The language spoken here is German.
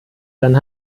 dann